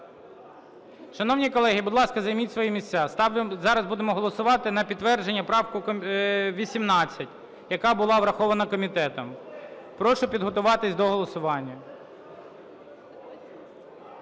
Шановні колеги, будь ласка, займіть свої місця, зараз будемо голосувати на підтвердження правки 18, яка була врахована комітетом. Прошу підготуватись до голосування.